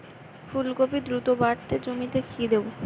ফুলকপি দ্রুত বাড়াতে জমিতে কি দেবো?